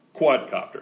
quadcopter